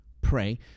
pray